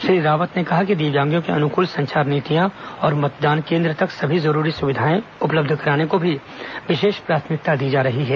श्री रावत ने कहा कि दिव्यांगों के अनुकूल संचार नीतियां और मतदान केन्द्र तक सभी जरूरी सुविधाएं उपलब्ध कराने को भी विशेष प्राथमिकता दी जा रही है